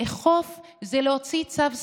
לאכוף זה להוציא צו סגירה.